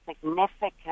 significant